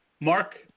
Mark